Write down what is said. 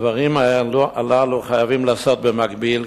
הדברים הללו חייבים להיעשות במקביל,